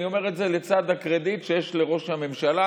אני אומר את זה לצד הקרדיט שיש לראש הממשלה.